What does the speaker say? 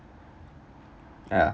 ya